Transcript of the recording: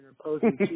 opposing